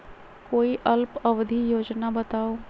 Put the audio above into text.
कोई अल्प अवधि योजना बताऊ?